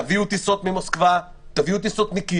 תביאו טיסות ממוסקבה ומקייב,